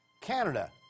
Canada